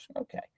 Okay